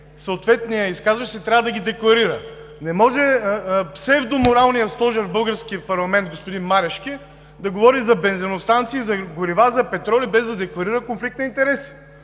съответният изказващ се трябва да ги декларира. Не може псевдоморалният стожер в българския парламент господин Марешки да говори за бензиностанции, за горива, за петроли, без да декларира конфликт на интереси.